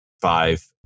five